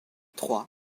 trois